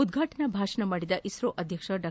ಉದ್ವಾಟನಾ ಭಾಷಣ ಮಾಡಿದ ಇಸ್ರೋ ಅಧ್ಯಕ್ಷ ಡಾ